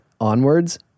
onwards